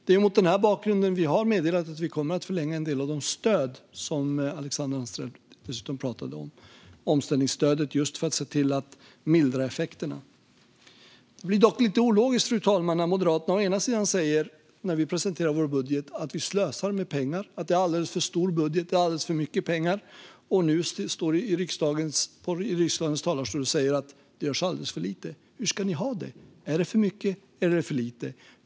Det är mot denna bakgrund som vi har meddelat att vi kommer att förlänga en del av de stöd som Alexandra Anstrell talade om. Omställningsstödet är just till för att mildra effekterna. Det blir dock lite ologiskt, fru talman, när Moderaterna, när vi presenterar vår budget, säger att vi slösar med pengar, att det är en alldeles för stor budget och alldeles för mycket pengar och nu står i riksdagens talarstol och säger att det görs alldeles för lite. Hur ska ni ha det? Är det för mycket eller är det för lite?